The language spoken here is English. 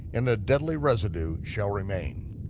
and a deadly residue shall remain.